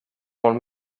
molt